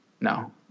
No